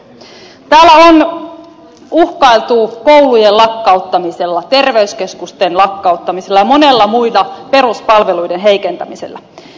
täällä on uhkailtu koulujen lakkauttamisella terveyskeskusten lakkauttamisella ja monien muiden peruspalveluiden heikentämisellä